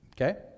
Okay